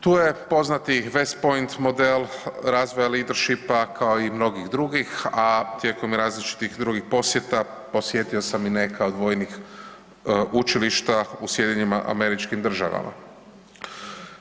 Tu je poznati West Point model razvoja leadershipa kao i mnogih drugih, a tijekom različitih drugih posjeta posjetio sam i neka od vojnih učilišta u SAD-u.